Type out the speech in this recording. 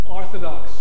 orthodox